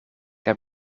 heb